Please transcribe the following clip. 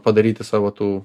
padaryti savo tų